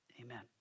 Amen